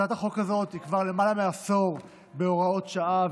הצעת החוק הזאת היא כבר למעלה מעשור בהוראות שעה,